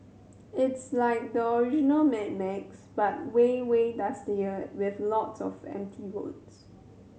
it's like the original Mad Max but way way dustier with lots of empty roads